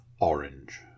orange